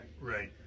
Right